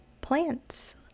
plants